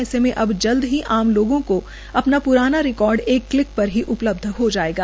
ऐसे में अब जल्द ही आम लोगों को अपना पुराना रिकार्ड एक क्लिक पर ही उपलब्ध हो जायेगा